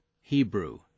Hebrew